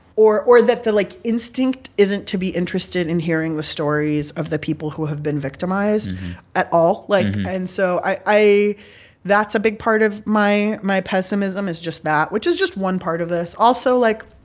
or or that the, like, instinct isn't to be interested in hearing the stories of the people who have been victimized at all. like, and so i that's a big part of my my pessimism is just that, which is just one part of this. also, like,